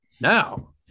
now